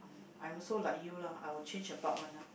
I'm also like you lah I will change about one lah